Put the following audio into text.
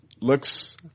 looks